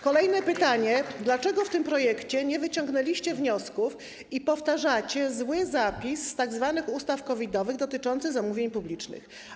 Kolejne pytanie: Dlaczego przy tym projekcie nie wyciągnęliście wniosków i powtarzacie zły zapis z tzw. ustaw COVID-owych dotyczący zamówień publicznych?